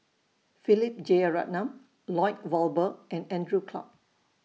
Philip Jeyaretnam Lloyd Valberg and Andrew Clarke